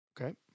Okay